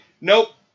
nope